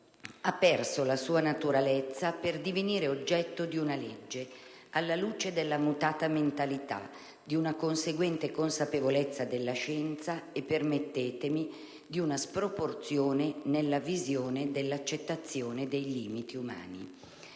ha perso la sua naturalezza per divenire oggetto di una legge alla luce della mutata mentalità, di una conseguente consapevolezza della scienza e, permettetemi, di una sproporzione nella visione dell'accettazione dei limiti umani.